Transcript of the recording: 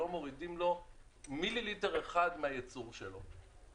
לא מורידים לו מיליליטר אחד מהייצור שלו.